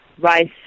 rice